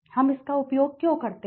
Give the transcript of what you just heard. हम इसका उपयोग क्यों करते हैं